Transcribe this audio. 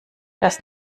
das